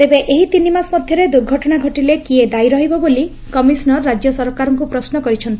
ତେବେ ଏହି ତିନିମାସ ମଧ୍ୟରେ ଦୁର୍ଘଟଣା ଘଟିଲେ କିଏ ଦାୟୀ ରହିବ ବୋଲି କମିଶନର ରାକ୍ୟ ସରକାରଙ୍କୁ ପ୍ରଶ୍ନ କରିଛନ୍ତି